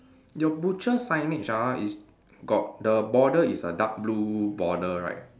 your butcher signage ah is got the border is a dark blue border right